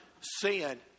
sin